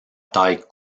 taille